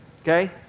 Okay